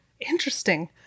Interesting